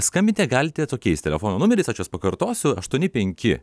skambinti galite tokiais telefono numeriais aš juos pakartosiu aštuoni penki